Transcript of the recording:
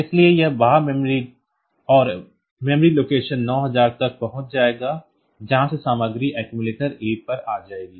इसलिए यह बाह्य मेमोरी और मेमोरी लोकेशन 9000 तक पहुंच जाएगा जहां से सामग्री अक्सुमुलेटर A पर आ जाएगी